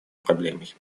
проблемой